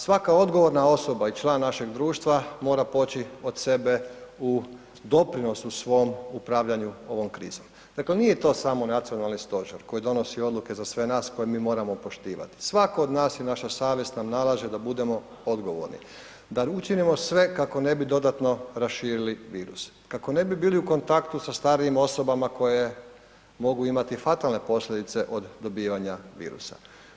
Svaka odgovorna osoba i član našeg društva mora poći od sebe u doprinosu svom u upravljanju ovom krizom, dakle nije to samo nacionalni stožer koji donosi odluke za sve nas pa ih mi moramo poštivati, svako od nas i naša savjest nam nalaže da budemo odgovorni, da učinimo sve kako ne bi dodatno raširili virus, kako ne bi bili u kontaktu sa starijim osobama koje mogu imati fatalne posljedice od dobivanja virusa.